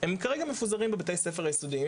הם כרגע מפוזרים בבתי הספר היסודיים.